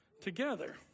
together